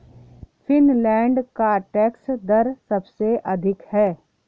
Finland का tax दर सबसे अधिक है